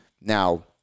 Now